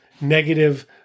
negative